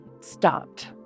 stopped